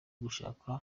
ugushaka